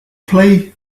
play